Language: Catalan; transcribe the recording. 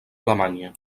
alemanya